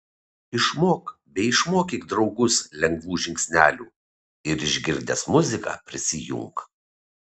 išmok bei išmokyk draugus lengvų žingsnelių ir išgirdęs muziką prisijunk